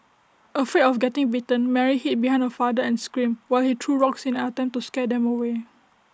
afraid of getting bitten Mary hid behind her father and screamed while he threw rocks in an attempt to scare them away